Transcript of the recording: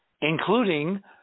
including